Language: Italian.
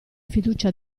fiducia